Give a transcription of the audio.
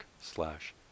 slash